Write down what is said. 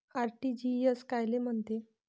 RTGS कायले म्हनते?